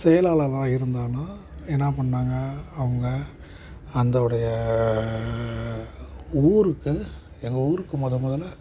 செயலாளராக இருந்தாலும் என்ன பண்ணிணாங்க அவங்க அந்த உடைய ஊருக்கு எங்கள் ஊருக்கு மொதல் முதல்ல